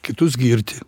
kitus girti